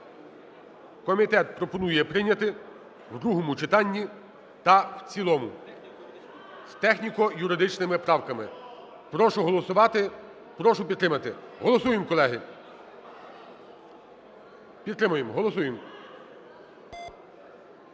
Комітет пропонує прийняти в другому читанні та в цілому з техніко-юридичними правками. Прошу голосувати, прошу підтримати. Голосуємо, колеги, підтримуємо, голосуємо.